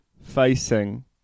facing